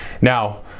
Now